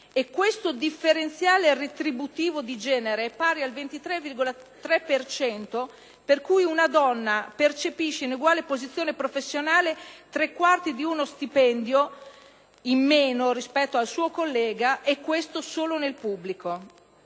e questo differenziale retributivo di genere è pari al 23,3 per cento, per cui una donna percepisce, in eguale posizione professionale, tre quarti di uno stipendio in meno rispetto al suo collega, e questo solo nel pubblico.